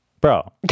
Bro